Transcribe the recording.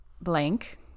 blank